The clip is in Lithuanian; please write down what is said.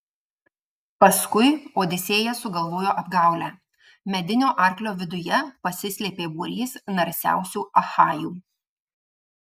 paskui odisėjas sugalvojo apgaulę medinio arklio viduje pasislėpė būrys narsiausių achajų